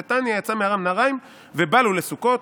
דתניא: יצא מארם נהריים ובא לו לסוכות,